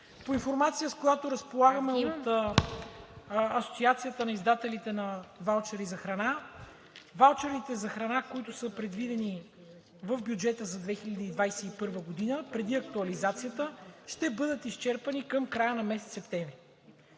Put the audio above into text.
По информация, с която разполагаме от Асоциацията на издателите на ваучери за храна, ваучери, предвидени в бюджета за 2021 г. преди актуализацията, ще бъдат изчерпани към края на месец септември.